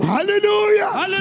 Hallelujah